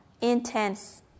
intense